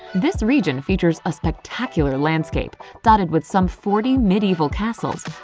this region features a spectacular landscape dotted with some forty medieval castles,